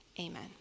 amen